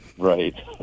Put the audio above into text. Right